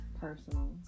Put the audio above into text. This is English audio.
personal